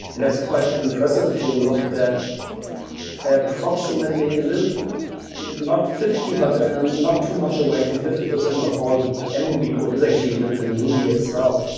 that's quite impressive if you looked at approximately a little not fifty, but um not too much away from fifty percent of all mruby code is actually written in ruby itself.